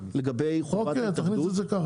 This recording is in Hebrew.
לגבי ההתאגדות -- אוקי תכניס את זה כאן,